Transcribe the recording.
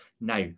Now